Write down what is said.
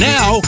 Now